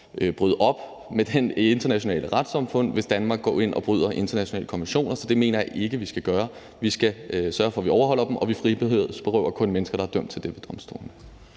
bryde med det internationale retssamfund, hvis Danmark går ind og bryder internationale konventioner. Så det mener jeg ikke vi skal gøre. Vi skal sørge for, at vi overholder dem, og vi frihedsberøver kun mennesker, der er dømt til det ved domstolene.